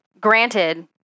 Granted